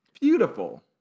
beautiful